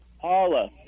Paula